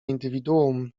indywiduum